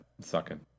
sucking